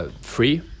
Free